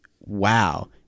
Wow